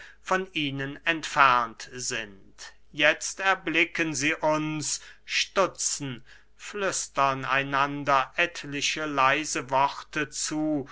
von ihnen entfernt sind jetzt erblicken sie uns stutzen flüstern einander etliche leise worte zu